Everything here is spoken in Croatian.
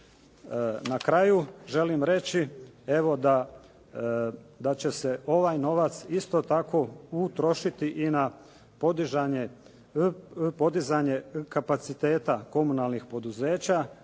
Na kraju želim reći evo da će se ovaj novac isto tako utrošiti i na podizanje kapaciteta komunalnih poduzeća.